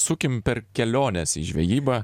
sukime per keliones į žvejybą